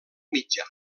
mitjà